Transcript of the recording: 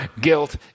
guilt